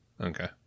Okay